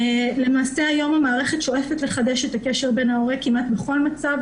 למעשה היום המערכת שואפת לחדש את הקשר בין הילד להורה כמעט בכל מצב,